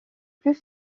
plus